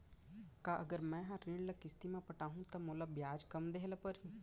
का अगर मैं हा ऋण ल किस्ती म पटाहूँ त मोला ब्याज कम देहे ल परही?